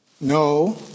No